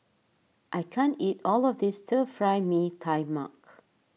I can't eat all of this Stir Fry Mee Tai Mak